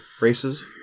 races